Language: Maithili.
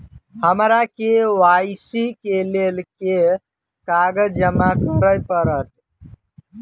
हमरा के.वाई.सी केँ लेल केँ कागज जमा करऽ पड़त?